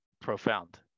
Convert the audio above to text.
profound